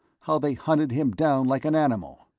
how they hunted him down like an animal